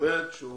באמת שהוא